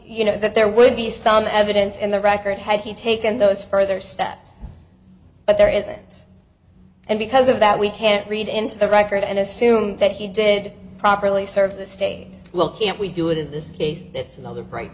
you know that there would be some evidence in the record had he taken those further steps but there isn't and because of that we can't read into the record and assume that he did properly serve the stay well can't we do it in this case that's another grea